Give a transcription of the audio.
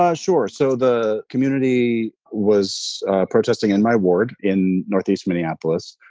ah sure. so the community was protesting in my ward in northeast minneapolis,